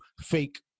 fake